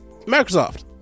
Microsoft